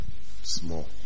Small